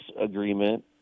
agreement